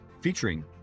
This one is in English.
featuring